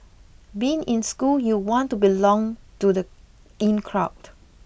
being in school you want to belong to the in crowd